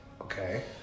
Okay